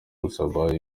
gusaba